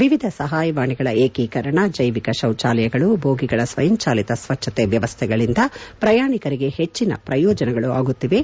ವಿವಿಧ ಸಹಾಯವಾಣಿಗಳ ಏಕೀಕರಣ ಜೈವಿಕ ಶೌಚಾಲಯಗಳು ಬೋಗಿಗಳ ಸ್ವಯಂಚಾಲಿತ ಸ್ವಚ್ಛತೆ ವ್ಯವಸ್ಥೆಗಳಿಂದ ಪ್ರಯಾಣಿಕರಿಗೆ ಹೆಚ್ಚಿನ ಪ್ರಯೋಜನಗಳು ಆಗುತ್ತಿವೆ